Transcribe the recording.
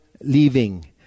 leaving